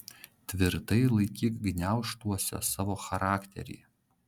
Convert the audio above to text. tvirtai laikyk gniaužtuose savo charakterį